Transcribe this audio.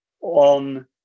on